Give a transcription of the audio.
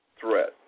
threat